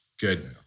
Good